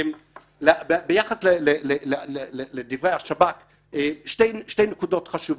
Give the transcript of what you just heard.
ביחס לדברי השב"כ שתי נקודות חשובות: